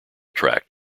tracked